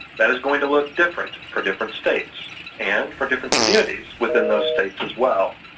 that is going to look different for different states and for different communities within those states as well.